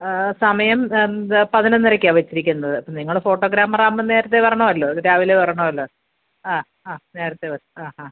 സമയം പതിനൊന്നരക്കാണ് വെച്ചിരിക്കുന്നത് നിങ്ങൾ ഫോട്ടോഗ്രാഫർ ആകുമ്പോൾ നേരത്തെ വരണമല്ലോ രാവിലെ വരണമല്ലോ നേരത്തെ